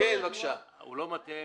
הוא לא מטעה,